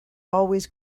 always